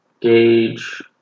gauge